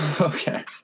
Okay